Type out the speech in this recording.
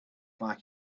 like